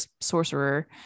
sorcerer